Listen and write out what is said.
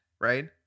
right